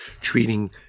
treating